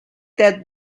that